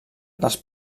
dels